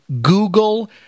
Google